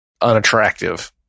unattractive